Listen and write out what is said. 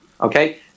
okay